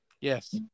yes